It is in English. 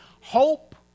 hope